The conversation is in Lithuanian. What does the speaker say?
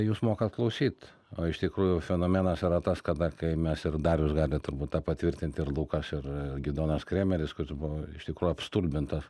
jūs mokat klausyt o iš tikrųjų fenomenas yra tas kada kai mes ir darius gali turbūt tą patvirtinti ir lukas ir gidonas kremeris kuris buvo iš tikrųjų apstulbintas